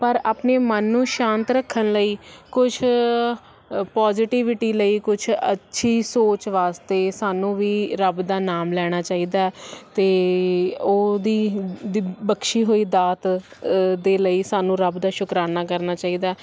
ਪਰ ਆਪਣੇ ਮਨ ਨੂੰ ਸ਼ਾਂਤ ਰੱਖਣ ਲਈ ਕੁਝ ਪੋਜੀਟਿਵਿਟੀ ਲਈ ਕੁਝ ਅੱਛੀ ਸੋਚ ਵਾਸਤੇ ਸਾਨੂੰ ਵੀ ਰੱਬ ਦਾ ਨਾਮ ਲੈਣਾ ਚਾਹੀਦਾ ਅਤੇ ਉਹਦੀ ਬਖਸ਼ੀ ਹੋਈ ਦਾਤ ਦੇ ਲਈ ਸਾਨੂੰ ਰੱਬ ਦਾ ਸ਼ੁਕਰਾਨਾ ਕਰਨਾ ਚਾਹੀਦਾ